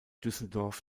düsseldorf